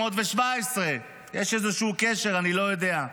1,517. יש איזשהו קשר, אני לא יודע.